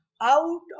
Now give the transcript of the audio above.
out